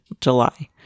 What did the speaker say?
July